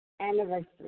Anniversary